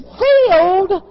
filled